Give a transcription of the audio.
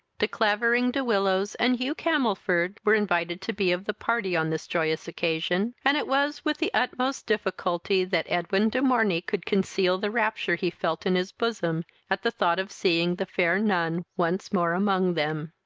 de clavering, de willows, and hugh camelford, were invited to be of the party on this joyous occasion, and it was with the utmost difficulty that edwin de morney could conceal the rapture he felt in his bosom at the thought of seeing the fair nun once more among them.